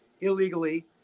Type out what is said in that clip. illegally